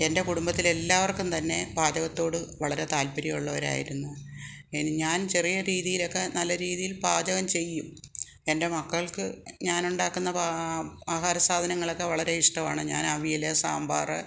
എൻ്റെ കുടുംബത്തിലെല്ലാവർക്കും തന്നെ പാചകത്തോട് വളരെ താല്പര്യമുള്ളവരായിരുന്നു എൻ ഞാൻ ചെറിയ രീതിയിലൊക്കെ നല്ല രീതിയിൽ പാചകം ചെയ്യും എൻ്റെ മക്കൾക്ക് ഞാൻ ഉണ്ടാക്കുന്ന ആഹാരസാധനങ്ങളക്കെ വളരെ ഇഷ്ടമാണ് ഞാൻ അവിയൽ സാമ്പാർ